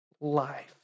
life